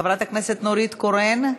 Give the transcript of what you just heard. חברת הכנסת נורית קורן,